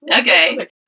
okay